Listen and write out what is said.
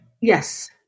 Yes